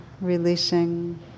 releasing